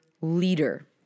leader